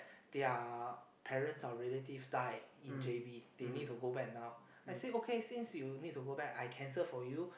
their parents or relative die in j_b they need to go back now I said okay since you need to go back I cancel for you